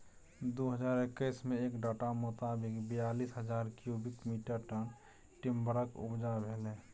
दु हजार एक्कैस मे एक डाटा मोताबिक बीयालीस हजार क्युबिक मीटर टन टिंबरक उपजा भेलै